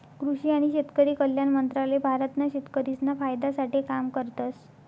कृषि आणि शेतकरी कल्याण मंत्रालय भारत ना शेतकरिसना फायदा साठे काम करतस